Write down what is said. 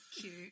Cute